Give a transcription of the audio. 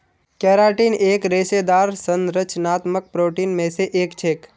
keratin एक रेशेदार संरचनात्मक प्रोटीन मे स एक छेक